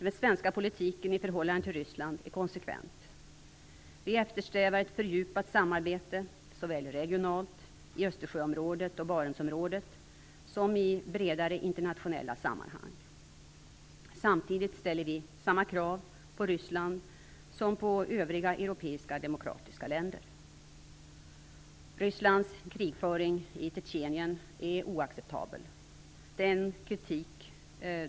Den svenska politiken i förhållande till Ryssland är konsekvent. Vi eftersträvar ett fördjupat samarbete såväl regionalt, i Östersjöområdet och Barentsområdet, som i bredare internationella sammanhang. Samtidigt ställer vi samma krav på Ryssland som på övriga europeiska demokratiska länder. Rysslands krigföring i Tjetjenien är oacceptabel.